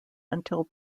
until